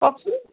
কওকচোন